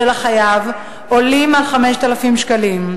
של החייב עולים על 5,000 ש"ח,